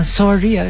sorry